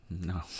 No